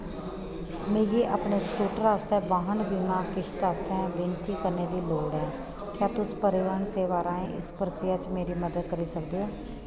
मिगी अपने स्कूटर आस्तै वाहन बीमा किश्त आस्तै विनती करने दी लोड़ ऐ क्या तुस परिवहन सेवा राहें इस प्रक्रिया च मेरी मदद करी सकदे ओ